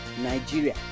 Nigeria